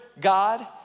God